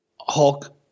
Hulk